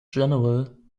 general